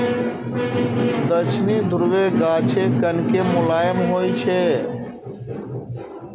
दक्षिणी ध्रुवक गाछ कने मोलायम होइ छै